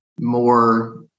more